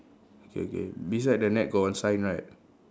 okay okay beside the net got one sign right